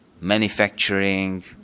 Manufacturing